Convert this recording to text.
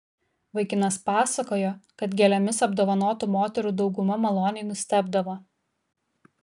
vaikinas pasakojo kad gėlėmis apdovanotų moterų dauguma maloniai nustebdavo